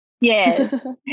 Yes